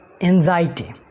anxiety